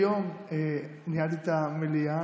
היום ניהלתי את המליאה.